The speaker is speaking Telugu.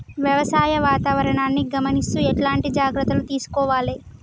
వ్యవసాయ వాతావరణాన్ని గమనిస్తూ ఎట్లాంటి జాగ్రత్తలు తీసుకోవాలే?